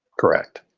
correct.